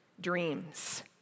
dreams